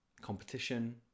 competition